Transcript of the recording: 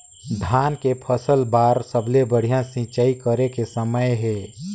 धान के फसल बार सबले बढ़िया सिंचाई करे के समय हे?